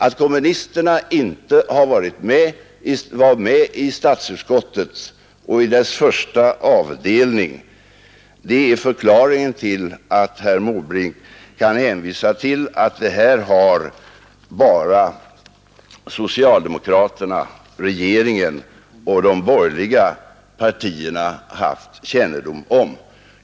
Att kommunisterna inte var med i statsutskottet och dess första avdelning är förklaringen till att herr Måbrink kan hänvisa till att bara socialdemokraterna, regeringen och de borgerliga partierna haft kännedom om detta.